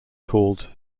called